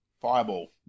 fireball